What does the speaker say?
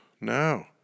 No